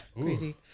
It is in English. crazy